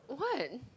what